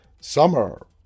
Summer